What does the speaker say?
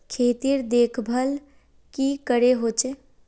खेतीर देखभल की करे होचे?